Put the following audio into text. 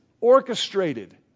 orchestrated